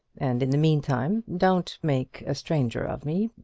and in the meantime don't make a stranger of me.